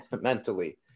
mentally